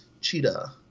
Cheetah